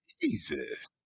Jesus